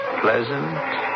pleasant